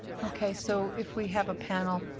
okay. so if we have a panel